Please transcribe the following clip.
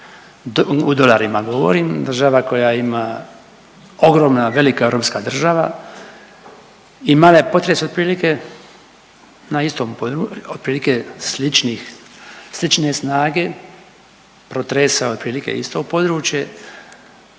u dolarima govorim, država koja ima ogromna velika europska država imala je potres otprilike na istom, otprilike slične snage, potresa otprilike isto područje,